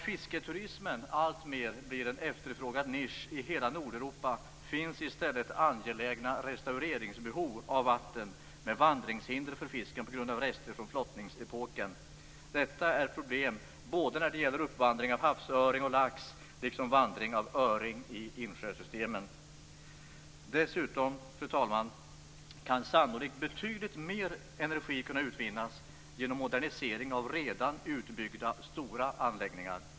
Fisketurismen blir en alltmer efterfrågad nisch i hela Nordeuropa. Samtidigt finns det angelägna restaureringsbehov av vatten med vandringshinder för fisken på grund av rester från flottningsepoken. Detta är ett problem när det gäller uppvandring av havsöring och lax liksom vandring av öring i insjösystemen. Fru talman! Dessutom kan sannolikt betydligt mer energi utvinnas genom modernisering av redan utbyggda stora anläggningar.